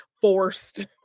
forced